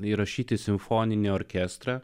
įrašyti simfoninį orkestrą